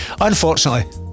unfortunately